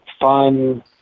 fun